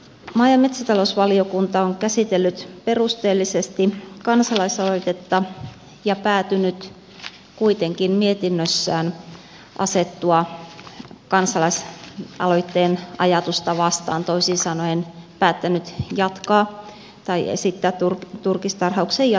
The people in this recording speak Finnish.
maa ja metsätalousvaliokunta on käsitellyt perusteellisesti kansalaisaloitetta ja päätynyt kuitenkin mietinnössään asettumaan kansalaisaloitteen ajatusta vastaan toisin sanoen päättänyt esittää turkistarhauksen jatkamista suomessa